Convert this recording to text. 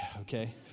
okay